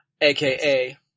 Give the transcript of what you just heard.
aka